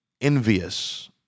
envious